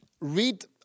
Read